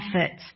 effort